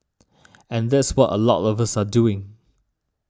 and that's what a lot us are doing